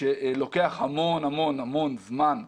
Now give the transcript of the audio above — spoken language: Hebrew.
שלוקח המון זמן,